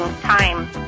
time